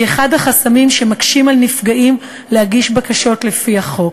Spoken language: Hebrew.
היא אחד החסמים שמקשים על נפגעים להגיש בקשות לפי החוק.